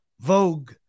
Vogue